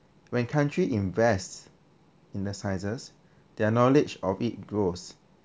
when countries invest in the sciences their knowledge of it grows